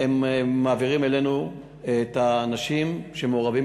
והם מעבירים אלינו את האנשים שמעורבים